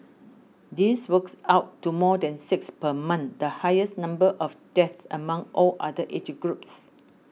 this works out to more than six per month the highest number of deaths among all other age groups